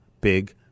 big